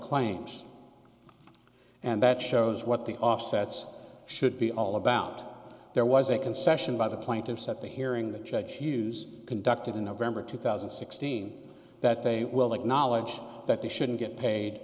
claims and that shows what the offsets should be all about there was a concession by the plaintiffs at the hearing the judge hughes conducted in november two thousand and sixteen that they will acknowledge that they shouldn't get paid